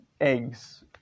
eggs